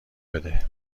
بده